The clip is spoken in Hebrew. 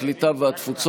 כך, בעד,